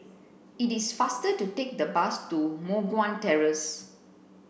it is faster to take the bus to Moh Guan Terrace